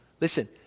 Listen